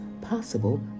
possible